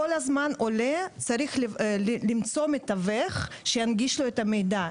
כל הזמן עולה צריך למצוא מתווך שינגיש לו את המידע.